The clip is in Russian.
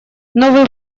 новый